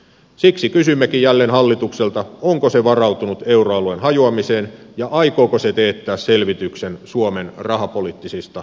siksi kysymmekin jälleen hallitukselta onko se varautunut euroalueen hajoamiseen ja aikooko se teettää selvityksen suomen rahapoliittisista vaihtoehdoista